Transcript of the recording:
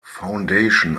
foundation